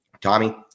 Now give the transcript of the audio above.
Tommy